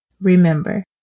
Remember